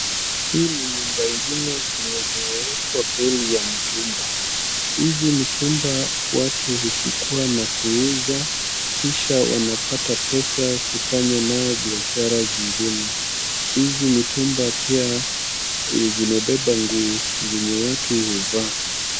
Hii ni nyumba nyingine zenye zimewekwa beli ya mtumba. Hizi mitumba watu huchukua na kuuza kisha wanapata pesa ya kufanya nayo biashara zingine. Hizi mitumba pia zimebeba nguo zenye watu huvaa.